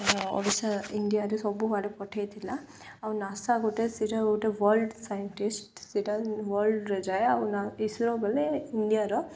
ଓଡ଼ିଶା ଇଣ୍ଡିଆରେ ସବୁଆଡ଼େ ପଠାଇଥିଲା ଆଉ ନାଶା ଗୋଟେ ସେଟା ଗୋଟେ ୱାର୍ଲଡ ସାଇଣ୍ଟିଷ୍ଟ ସେଇଟା ୱାର୍ଲ୍ଡରେ ଯାଏ ଆଉ ଇସ୍ରୋ ଗଲେ ଇଣ୍ଡିଆର